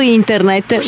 internet